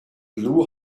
blew